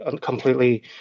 completely